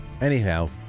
Anyhow